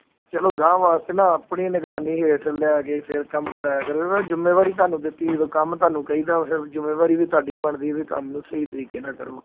ਚਲੋ ਅਗਾਂਹ ਵਾਸਤੇ ਨਾ ਆਪਣੀ ਨਿਗਰਾਨੀ ਹੇਠ ਲੈ ਕੇ ਫਿਰ ਕੰਮ ਕਰਾਇਆ ਕਰੋ ਜ਼ਿੰਮੇਵਾਰੀ ਤੁਹਾਨੂੰ ਦਿੱਤੀ ਜਦੋਂ ਕੰਮ ਤੁਹਾਨੂੰ ਕਹੀ ਦਾ ਫਿਰ ਜ਼ਿੰਮੇਵਾਰੀ ਵੀ ਤੁਹਾਡੀ ਬਣਦੀ ਵੀ ਕੰਮ ਸਹੀ ਤਰੀਕੇ ਨਾਲ ਕਰੋ